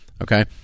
okay